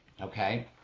Okay